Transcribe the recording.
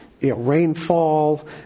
rainfall